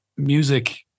Music